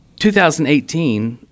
2018